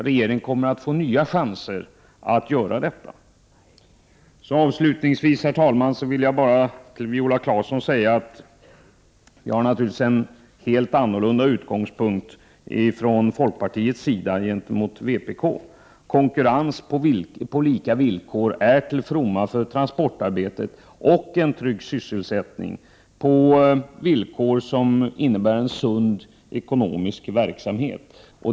Regeringen kommer att få nya chanser att göra det. Avslutningsvis, herr talman, vill jag till Viola Claesson säga att folkpartiet naturligtvis har en helt annan utgångspunkt i fråga om detta än vpk. Konkurrens på lika villkor är till fromma för transportarbetet och för en trygg sysselsättning, på villkor som innebär en sund ekonomisk verksamhet.